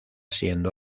siendo